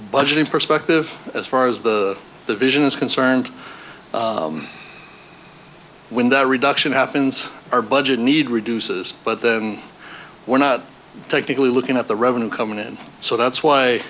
budgeting perspective as far as the the vision is concerned when that reduction happens our budget need reduces but we're not technically looking at the revenue coming in so that's why